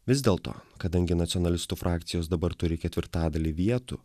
vis dėlto kadangi nacionalistų frakcijos dabar turi ketvirtadalį vietų